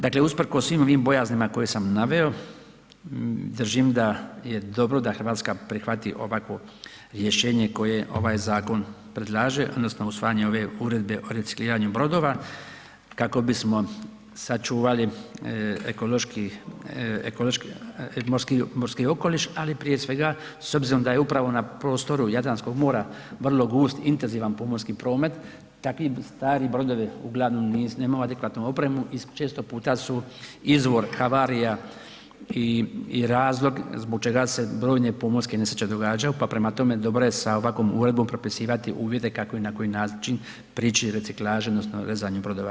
Dakle, usprkos svim ovim bojaznima koje sam naveo, držim da je dobro da RH prihvati ovakvo rješenje koje ovaj zakon predlaže odnosno usvajanje ove Uredbe o recikliranju brodova, kako bismo sačuvali morski okoliš, ali prije svega s obzirom da je upravo na prostoru Jadranskog mora vrlo gust i intenzivan pomorski promet, takvi bi stari brodovi uglavnom nemaju adekvatnu opremu i često puta su izvor havarija i razlog zbog čega se brojne pomorske nesreće događaju, pa prema tome, dobra je sa ovakvom uredbom propisivati uvjete kako i na koji način prići reciklaži odnosno rezanju brodova.